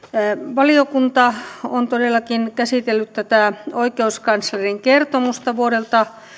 valiokunta on todellakin käsitellyt tätä oikeuskanslerin kertomusta vuodelta